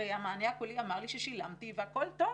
כי הרי המענה הקולי אמר לו שהוא שילם והכול טוב.